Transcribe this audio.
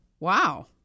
Wow